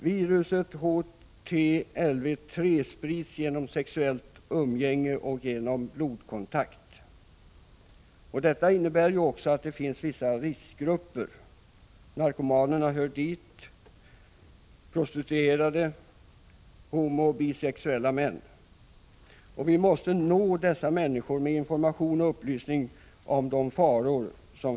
Viruset HTLV-III sprids genom sexuellt umgänge och genom blodkontakt. Detta innebär att det finns vissa riskgrupper. Narkomanerna hör dit liksom prostituerade samt homooch bisexuella män. Vi måste nå dessa människor med information och upplysning om farorna.